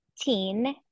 teen